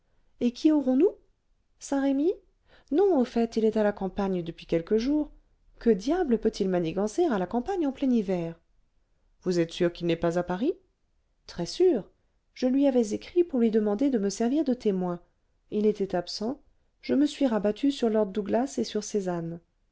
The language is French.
et qui aurons-nous saint-remy non au fait il est à la campagne depuis quelques jours que diable peut-il manigancer à la campagne en plein hiver vous êtes sûr qu'il n'est pas à paris très sûr je lui avais écrit pour lui demander de me servir de témoin il était absent je me suis rabattu sur lord douglas et sur